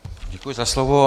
Děkuji za slovo.